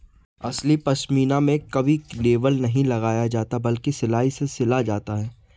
असली पश्मीना में कभी लेबल नहीं लगाया जाता बल्कि सिलाई से सिला जाता है